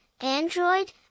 Android